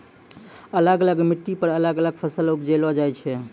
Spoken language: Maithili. अलग अलग मिट्टी पर अलग अलग फसल उपजैलो जाय छै